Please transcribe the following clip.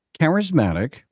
charismatic